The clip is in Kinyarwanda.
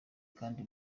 kandi